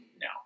No